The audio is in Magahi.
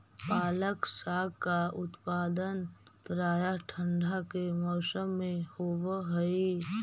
पालक साग का उत्पादन प्रायः ठंड के मौसम में होव हई